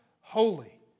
holy